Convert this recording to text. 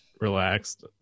Relaxed